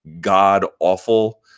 god-awful